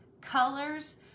colors